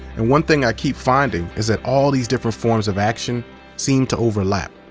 and one thing i keep finding is that all these different forms of action seem to overlap.